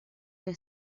que